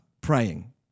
praying